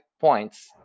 points